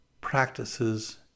Practices